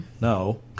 no